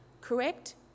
Correct